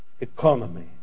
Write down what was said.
economy